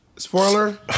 Spoiler